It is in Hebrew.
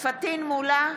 פטין מולא,